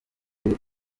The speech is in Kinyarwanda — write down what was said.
izina